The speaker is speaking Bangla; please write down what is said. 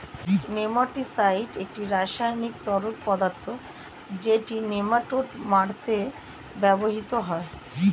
নেমাটিসাইড একটি রাসায়নিক তরল পদার্থ যেটি নেমাটোড মারতে ব্যবহৃত হয়